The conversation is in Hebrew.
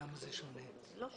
שתחזרו